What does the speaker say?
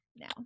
now